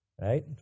right